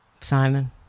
Simon